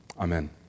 Amen